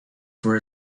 for